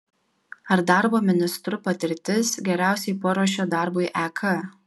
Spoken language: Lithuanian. ar darbo ministru patirtis geriausiai paruošia darbui ek